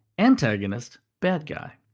antagonist bad guy.